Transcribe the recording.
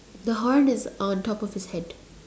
the horn is on top of his head